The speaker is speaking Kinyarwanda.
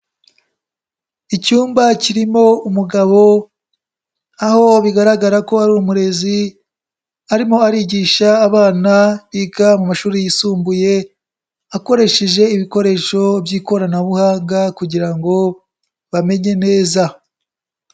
Icyumba kirimo umugabo, aho bigaragara ko ari umurezi arimo arigisha abana yiga amashuri yisumbuye akoresheje ibikoresho by'ikoranabuhanga kugira ngo bamenye neza.